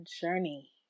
journey